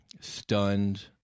stunned